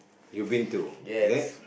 you been to is it